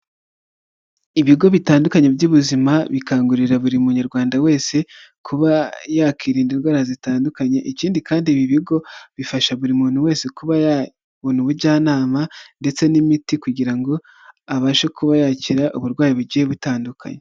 Ibigo bitandukanye by'ubuzima bikangurira buri munyarwanda wese kuba yakirinda indwara zitandukanye, ikindi kandi ibi bigo bifasha buri muntu wese kuba yabona ubujyanama ndetse n'imiti. Kugira ngo abashe kuba yakira uburwayi bugiye butandukanye.